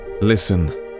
listen